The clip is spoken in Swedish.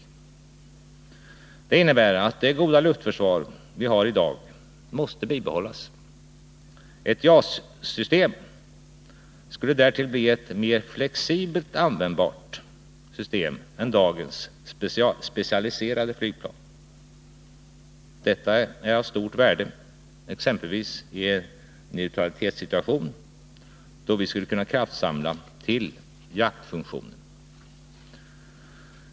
Detta innebär att det goda luftförsvar vi har i dag måste bibehållas. Ett JAS-system skulle därtill bli ett mer flexibelt användbart system än dagens specialiserade flygplan. Detta är av stort värde exempelvis i en neutralitetssituation, då vi skulle kunna kraftsamla till jaktfunktionen.